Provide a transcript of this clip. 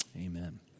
Amen